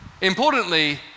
Importantly